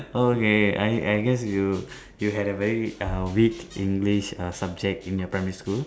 okay I I guess you you had a very uh weak English uh subject in your primary school